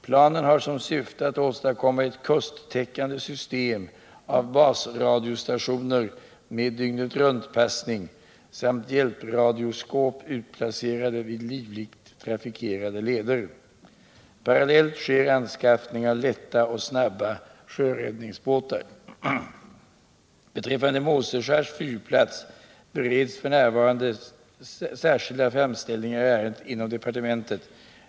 Planen har som syfte att åstadkomma ett kusttäckande system av basradiostationer med dygnetruntpassning samt hjälpradioskåp utplacerade vid livligt trafikerade leder. Parallellt sker anskaffning av lätta och snabba sjöräddningsbåtar. Beträffande Måseskärs fyrplats bereds f.n. särskilda framställningar i ärendet inom departementet.